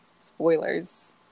spoilers